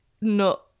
No